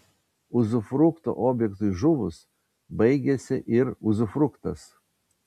uzufrukto objektui žuvus baigiasi ir uzufruktas